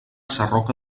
sarroca